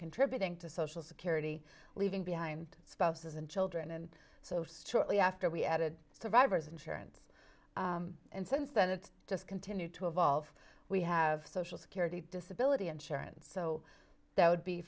contributing to social security leaving behind spouses and children and so shortly after we added survivor's insurance and since then it just continued to evolve we have social security disability insurance so that would be